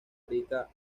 rica